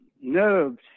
nerves